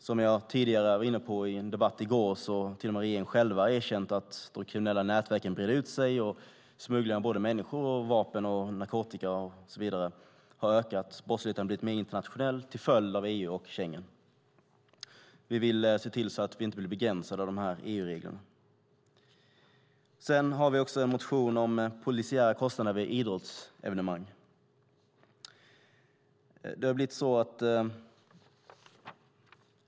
Som jag var inne på i en debatt i går har regeringen till och med själv erkänt att de kriminella nätverken breder ut sig och att smugglingen av människor, vapen och narkotika har ökat. Brottsligheten har blivit mer internationell till följd av EU och Schengen. Vi vill se till att vi inte blir begränsade av de här EU-reglerna. Vi har också en motion om polisiära kostnader vid idrottsevenemang.